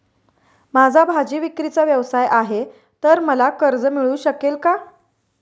माझा भाजीविक्रीचा व्यवसाय आहे तर मला कर्ज मिळू शकेल का?